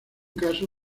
caso